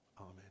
Amen